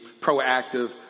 proactive